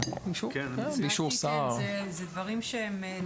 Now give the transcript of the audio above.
ואז יכול להיות שהיד תהיה יותר